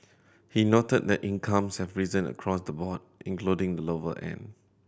he noted that incomes have risen across the board including the lower end